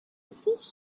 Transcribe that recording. siege